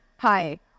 Hi